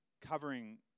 covering